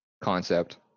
concept